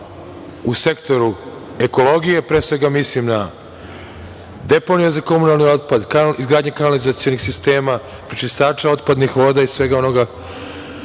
u sektoru ekologije, pre svega mislim na deponije za komunalni otpad, izgradnje kanalizacionih sistema, prečistača otpadnih voda i svega onoga